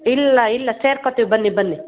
ಇಲ್ಲ ಇಲ್ಲ ಸೇರ್ಕೋತೀವಿ ಬನ್ನಿ ಬನ್ನಿ